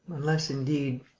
unless, indeed.